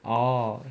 orh